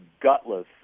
gutless